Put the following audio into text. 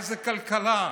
איזו כלכלה?